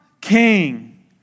king